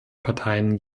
parteien